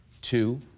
Two